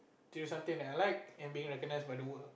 doing something I like and being recognized by the work ah